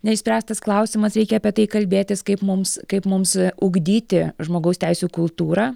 neišspręstas klausimas reikia apie tai kalbėtis kaip mums kaip mums ugdyti žmogaus teisių kultūrą